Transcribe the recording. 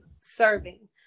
serving